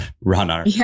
runner